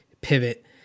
pivot